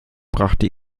brachte